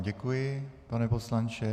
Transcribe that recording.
Děkuji vám, pane poslanče.